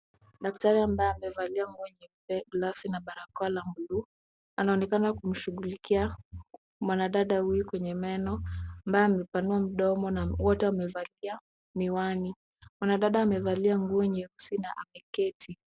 Daktari ambaye amevalia nguo nyeupe, gloves na barakoa la bluu, anaonekana kumshughulikia mwanadada huyu kwenye meno ambaye amepanua mdomo na wote wamevalia miwani. Mwanadada amevalia nguo nyeusi na ameketi.